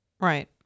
Right